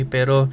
Pero